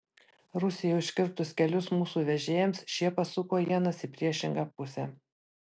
rusijai užkirtus kelius mūsų vežėjams šie pasuko ienas į priešingą pusę